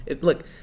Look